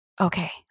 okay